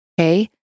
okay